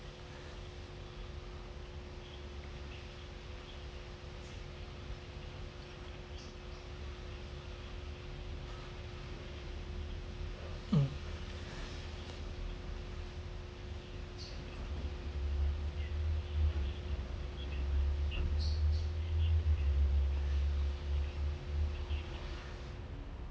mm